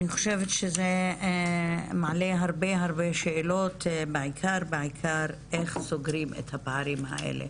אני חושבת שזה מעלה הרבה שאלות בעיקר איך סוגרים את הפערים האלה,